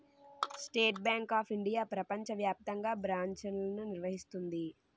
state Bank of India ప్రపంచ వ్యాప్తంగా బ్రాంచ్లను నిర్వహిస్తుంది